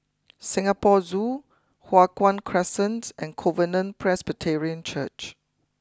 Singapore Zoo Hua Guan Crescent and Covenant Presbyterian Church